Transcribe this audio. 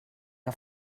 que